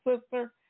sister